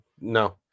No